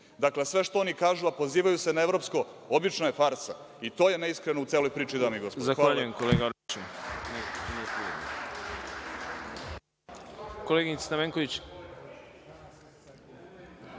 Dakle, sve što oni kažu, a pozivaju se na evropsko, obično je farsa i to je neiskreno u celoj priči, dame i gospodo.